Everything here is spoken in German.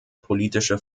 politische